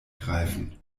greifen